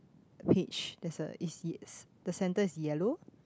peach there's a is the centre is yellow